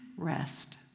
Rest